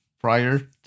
prior